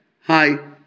hi